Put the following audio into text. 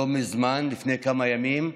לא מזמן, לפני כמה ימים,